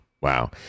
Wow